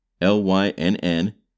lynn